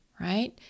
Right